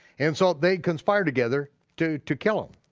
and so they conspired together to to kill him.